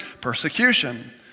Persecution